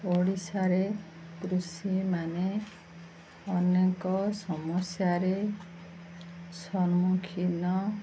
ଓଡ଼ିଶାରେ କୃଷିମାନେ ଅନେକ ସମସ୍ୟାରେ ସମ୍ମୁଖୀନ